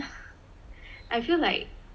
I feel like